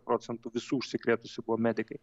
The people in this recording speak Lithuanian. procentų visų užsikrėtusių buvo medikai